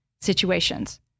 situations